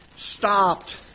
Stopped